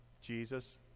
jesus